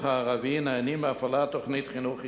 הערבי נהנים מהפעלת תוכנית חינוך אישי,